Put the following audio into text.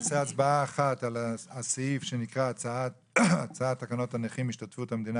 נעשה הצבעה אחת על הסעיף שנקרא הצעת תקנות הנכים השתתפות המדינה